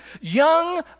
young